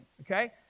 okay